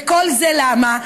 וכל זה למה?